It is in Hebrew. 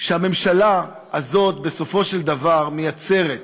שהממשלה הזאת בסופו של דבר מייצרת חוק,